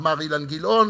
אמר אילן גילאון